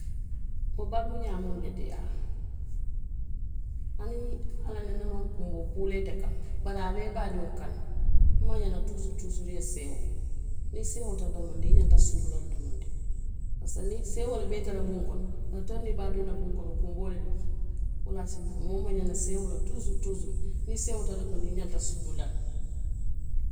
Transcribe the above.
Wo baluuñaa maŋ beteyaa. Hani ala neenee maŋ kunboo kuu laa ite kaŋ, bari a ye a laa i baandiŋo kaŋ. I maŋ ñaŋ naŋ tuusuru tuusru i ye seewoo la. Niŋ i seewoota domoniŋ i ñanta sunu la le domondiŋ. Niŋ seewoo le be ite la bunkoŋ kono toŋ bi i baadiŋolu la buŋ konokunboo le jee. Wo le ye a tinna seewoo tuusuru tuusuuru. Niŋ i seewoota domondiŋ i ñanta sunu la.